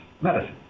medicine